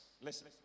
Listen